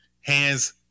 Hands